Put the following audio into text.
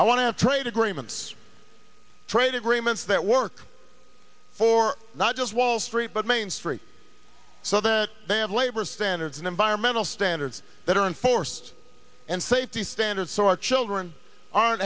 to trade agreements trade agreements that work for not just wall street but main street so that they have labor standards and environmental standards that are in force and safety standards so our children aren't